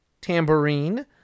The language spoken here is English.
tambourine